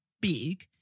big